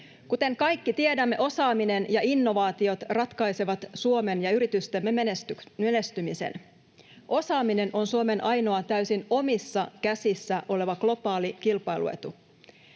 Kuten kaikki tiedämme, osaaminen ja innovaatiot ratkaisevat Suomen ja yritystemme menestymisen. Osaaminen on Suomen ainoa täysin omissa käsissä oleva globaali kilpailuetu.